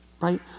Right